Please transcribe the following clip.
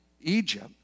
Egypt